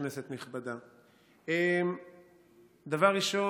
כנסת נכבדה, דבר ראשון,